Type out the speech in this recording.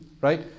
right